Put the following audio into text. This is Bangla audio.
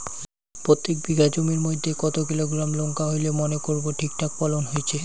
প্রত্যেক বিঘা জমির মইধ্যে কতো কিলোগ্রাম লঙ্কা হইলে মনে করব ঠিকঠাক ফলন হইছে?